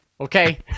Okay